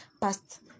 past